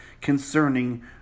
concerning